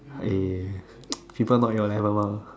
I people not your level mah